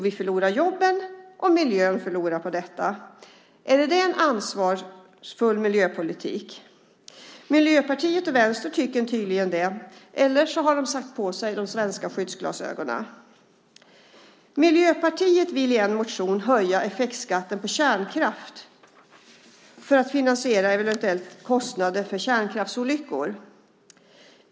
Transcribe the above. Vi förlorar jobben, och miljön förlorar på detta. Är det en ansvarsfull miljöpolitik? Miljöpartiet och Vänstern tycker tydligen det, eller så har de satt på sig de svenska skyddsglasögonen. Miljöpartiet vill i en motion höja effektskatten på kärnkraft för att finansiera eventuella kostnader för kärnkraftsolyckor.